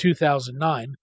2009